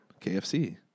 KFC